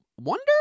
Wonder